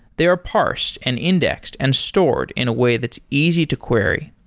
they are parsed and indexed and stored in a way that's easy to query.